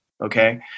Okay